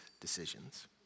decisions